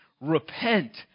Repent